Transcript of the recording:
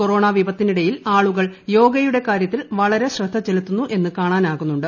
corona വിപത്തിനിടയിൽ ആളുകൾ യോഗയുടെ കാര്യത്തിൽ വളരെ ശ്രദ്ധ ചെലത്തുന്നു എന്നു കാണാനാകുന്നുണ്ട്